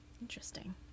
Interesting